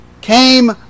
came